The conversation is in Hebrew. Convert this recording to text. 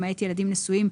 למעט ילדים נשואים".